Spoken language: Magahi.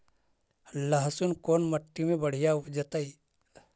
लहसुन कोन मट्टी मे बढ़िया उपजतै?